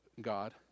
God